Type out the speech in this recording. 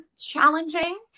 challenging